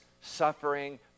suffering